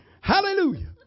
Hallelujah